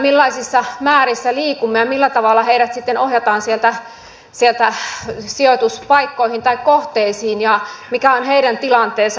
millaisissa määrissä liikumme ja millä tavalla heidät sitten ohjataan sieltä sijoituspaikkoihin tai kohteisiin ja mikä on heidän tilanteensa